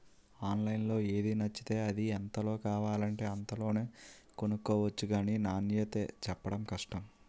ఆన్లైన్లో ఏది నచ్చితే అది, ఎంతలో కావాలంటే అంతలోనే కొనుక్కొవచ్చు గానీ నాణ్యతే చెప్పడం కష్టం